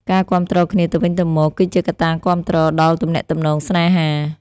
ការគាំទ្រគ្នាទៅវិញទៅមកគឺជាកត្តាគាំទ្រដល់ទំនាក់ទំនងស្នេហា។